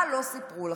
מה לא סיפרו לכם,